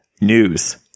News